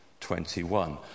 21